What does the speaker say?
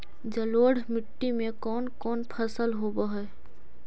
जलोढ़ मट्टी में कोन कोन फसल होब है?